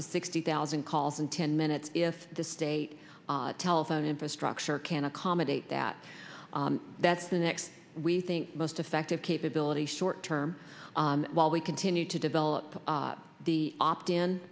to sixty thousand calls in ten minutes if the state telephone infrastructure can accommodate that that's the next we think most effective capability short term while we continue to develop the opt in